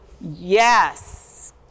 Yes